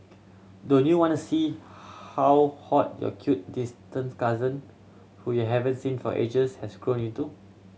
don't you wanna see how hot your cute distant cousin whom you haven't seen for ages has grown into